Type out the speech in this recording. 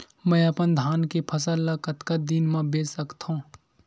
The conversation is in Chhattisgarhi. मैं अपन धान के फसल ल कतका दिन म बेच सकथो?